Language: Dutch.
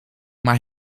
maar